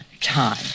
time